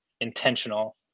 intentional